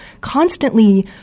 constantly